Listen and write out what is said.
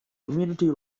community